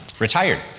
retired